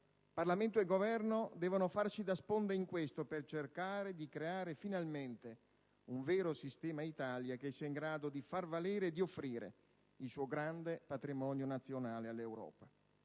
Parlamento e Governo devono farsi da sponda in questo per cercare di creare finalmente un vero «sistema Italia» che sia in grado di far valere e di offrire il suo grande patrimonio nazionale all'Europa.